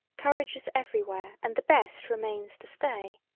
courage is everywhere and the best remains to stay.